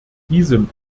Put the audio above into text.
diesem